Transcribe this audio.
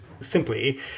simply